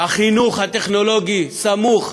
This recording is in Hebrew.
החינוך הטכנולוגי סמוך